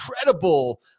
incredible